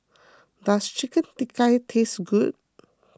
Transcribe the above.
does Chicken Tikka taste good